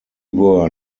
were